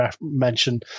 mention